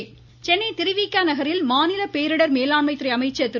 உதயகுமார் சென்னை திருவிக நகரில் மாநில பேரிடர் மேலாண்மை துறை அமைச்சர் திரு